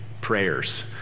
prayers